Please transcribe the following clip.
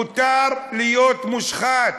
מותר להיות מושחת,